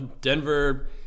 Denver